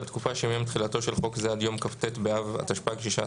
בתקופה שמיום תחילתו של חוק זה עד יום כ"ט באב התשפ"ג (16